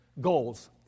goals